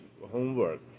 homework